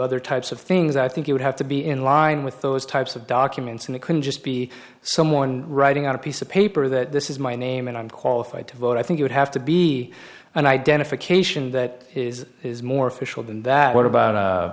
other types of things i think it would have to be in line with those types of documents and it could just be someone writing out a piece of paper that this is my name and i'm qualified to vote i think you'd have to be an identification that is is more official than that what about a